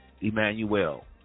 Emmanuel